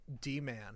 D-Man